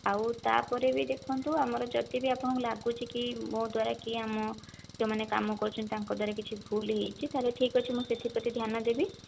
ଆଉ ତାପରେ ବି ଦେଖନ୍ତୁ ଆମର ଯଦି ବି ଆପଣଙ୍କୁ ଲାଗୁଛି କି ମୋ ଦ୍ୱାରା କିଏ ଆମ ଯେଉଁମାନେ କାମ କରୁଛନ୍ତି ତାଙ୍କ ଦ୍ୱାରା କିଛି ଭୁଲ ହୋଇଛି ତାହେଲେ ଠିକ୍ଅଛି ମୁଁ ସେଥିପ୍ରତି ଧ୍ୟାନଦେବି